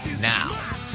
now